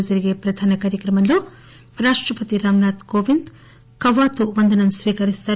లో జరిగే ప్రధానకార్యక్రమంలో రాష్టపతి రామ్ నాథ్ కోవింద్ కవాతు వందనం స్కీకరిస్తారు